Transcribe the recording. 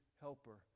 helper